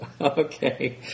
Okay